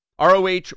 ROH